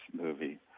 movie